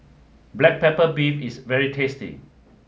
black pepper beef is very tasty